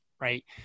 right